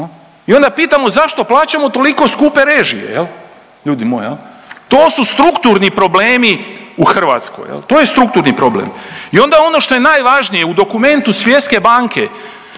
I onda pitamo zašto plaćamo toliko skupe režije jel' ljudi moji? To su strukturni problemi u Hrvatskoj. To je strukturni problem. I onda ono što je najvažnije u dokumentu Svjetske banke